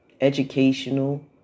educational